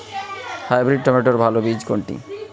Hybrid টমেটোর ভালো বীজ কোনটি?